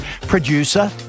Producer